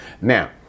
Now